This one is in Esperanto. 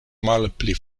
malpli